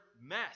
mess